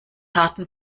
harten